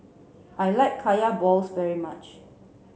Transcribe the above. I like Kaya Balls very much